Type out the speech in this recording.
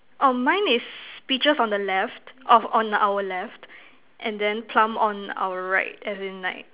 oh mine is peaches on the left of on our left and then plum on our right as in like